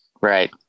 Right